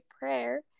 prayer